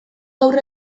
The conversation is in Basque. gaur